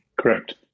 Correct